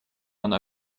она